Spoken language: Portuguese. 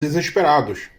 desesperados